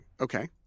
Okay